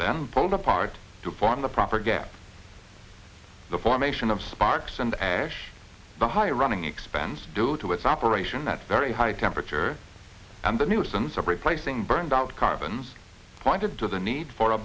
pulled apart to form the proper gap the formation of sparks and ash the high running expense due to its operation that's very high temperature and the nuisance of replacing burned out carbons pointed to the need for a